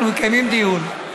אנחנו מקיימים דיון,